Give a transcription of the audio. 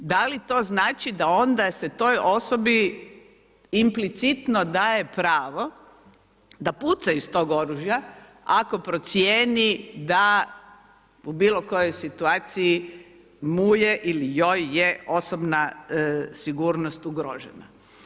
Da li to znači da onda se toj osobi implicitno daje pravo da puca iz tog oružja ako procijeni da u bilo kojoj situaciji mu je ili joj je osobna sigurnost ugrožena?